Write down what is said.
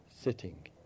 sitting